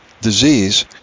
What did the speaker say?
disease